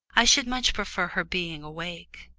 i should much prefer her being awake.